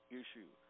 issue